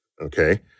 okay